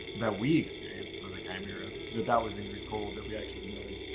that we experienced was a chimera, that that was indrid cold, that we actually met him.